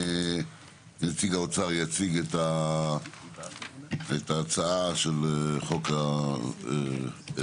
נציג האוצר יציג את ההצעה של חוק ההסדרים,